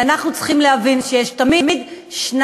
כי אנחנו צריכים להבין שיש תמיד שניים: